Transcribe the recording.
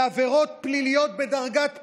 בעבירות פליליות בדרגת פשע,